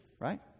right